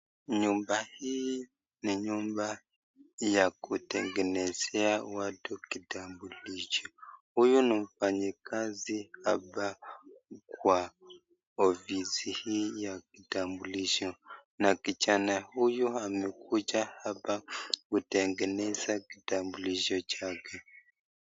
Nyumba hii ni nyumba ya kutengenezea watu kitambulisho. Huyu ni mfanyikazi hapa kwa ofisi hii ya kitambulisho na kijana huyu amekuja hapa kutengeneza kitambulisho chake.